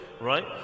right